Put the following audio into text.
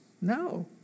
No